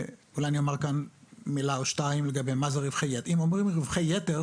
אולי אומר כאן מילה או שתיים מה זה רווחי יתר,